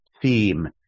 theme